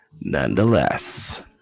Nonetheless